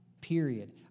Period